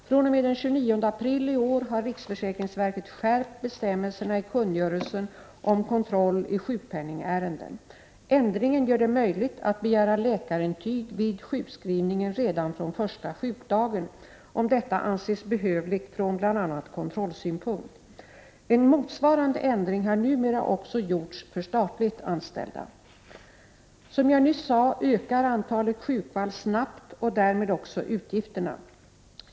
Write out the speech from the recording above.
fr.o.m. den 29 april i år har riksförsäkringsverket skärpt bestämmelserna i kungörelsen om kontroll i sjukpenningärenden. Ändringen gör det möjligt att begära läkarintyg vid sjukskrivning redan från första sjukdagen om detta anses behövligt från bl.a. kontrollsynpunkt. En motsvarande ändring har numera också gjorts för statligt anställda. Som jag nyss sade ökar antalet sjukfall snabbt och därmed också utgifterna.